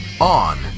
On